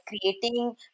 creating